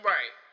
Right